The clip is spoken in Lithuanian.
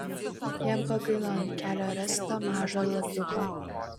jam pagailo ant kelio rasto mažo lapiuko